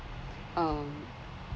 um